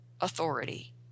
authority